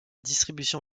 distribution